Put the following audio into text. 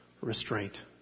restraint